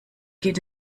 geht